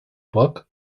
book